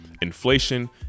Inflation